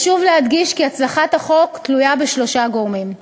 חשוב להדגיש כי הצלחת החוק תלויה בשלושה גורמים: